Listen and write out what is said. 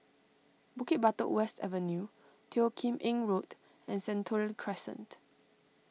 Bukit Batok West Avenue Teo Kim Eng Road and Sentul Crescent